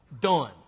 Done